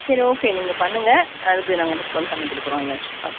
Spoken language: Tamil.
சரி ஓகே நீங்கள் பண்ணுங்கள் அதுக்கு நாங்கள் டிஸ்கௌண்ட் பண்ணிக் கொடுக்குறோம் ஏதாச்சும் பார்த்து